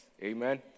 Amen